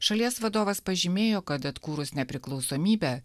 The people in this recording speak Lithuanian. šalies vadovas pažymėjo kad atkūrus nepriklausomybę